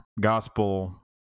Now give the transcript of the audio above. Gospel